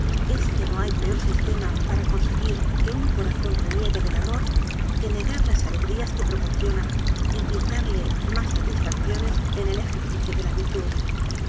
es que no hay peor sistema para conseguir que un corazón re niegue del amor que negar las alegrías que pro porciona y pintarle más satisfacciones en el ejer cicio de la virtud